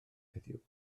heddiw